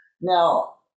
Now